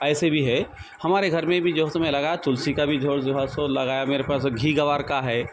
ایسے بھی ہے ہمارے گھر میں بھی جو ہے سو میں لگایا تلسی کا بھی جھول جو ہے سو لگایا میرے پاس گھیگوار کا ہے